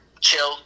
chill